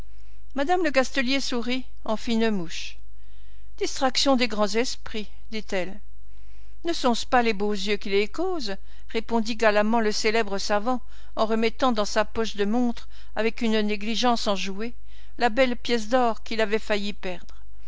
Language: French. madame lecastelier sourit en fine mouche distraction des grands esprits dit-elle ne sont-ce pas les beaux yeux qui les causent répondit galamment le célèbre savant en remettant dans sa poche de montre avec une négligence enjouée la belle pièce d'or qu'il avait failli perdre